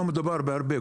לא מדובר בהרבה,